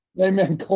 Amen